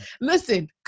Listen